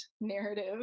narrative